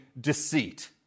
deceit